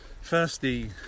firstly